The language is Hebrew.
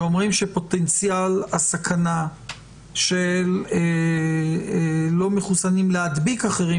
שאומרים שפוטנציאל הסכנה של לא-מחוסנים להדביק אחרים,